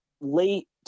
late